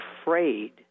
afraid